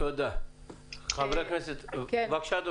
אילן זגדון, בבקשה.